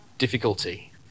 difficulty